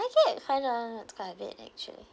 I get kinda it's quite a bit actually